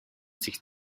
sich